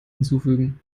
hinzufügen